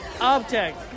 object